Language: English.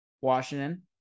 Washington